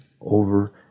over